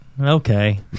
okay